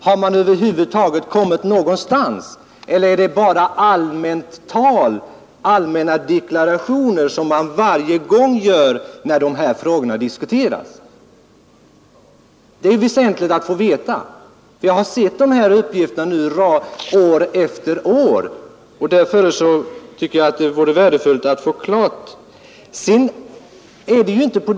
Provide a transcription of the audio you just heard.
Har man över huvud taget kommit någonstans eller är det bara allmänna deklarationer som man gör varje gång när dessa frågor diskuteras? Det är väsentligt att få veta detta. År efter år har jag nu sett de föreliggande uppgifterna, och därför vore det värdefullt att få detta klart för sig.